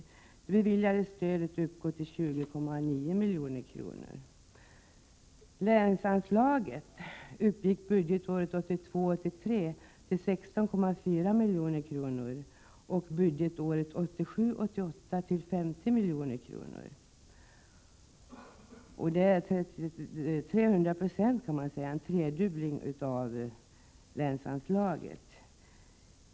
Det beviljade stödet uppgår till 20,9 milj.kr. Länsanslaget uppgick budgetåret 1982 88 var det 50 milj.kr., vilket betyder en tredubbling av länsanslaget.